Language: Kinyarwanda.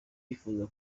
yifuje